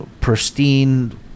pristine